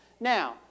Now